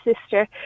sister